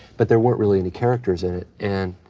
but there weren't really any characters in it and,